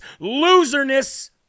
loserness